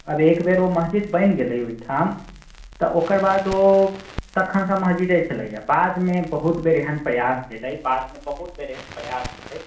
आब एकबेर ओ मस्जिद बनि गेलै ओहिठाम तऽ ओकर बाद ओ तखनसँ मस्जिदे छलैए बादमे बहुत बेर एहन प्रयास भेलै बादमे बहुत बेर एहन प्रयास भेलै